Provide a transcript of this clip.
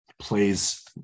plays